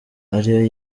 ariyo